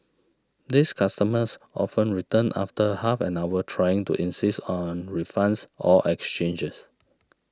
these customers often return after half an hour trying to insist on refunds or exchanges